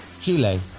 Chile